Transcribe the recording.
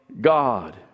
god